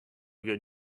good